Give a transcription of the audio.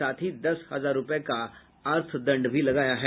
साथ ही दस हजार रूपये का अर्थदंड भी लगाया है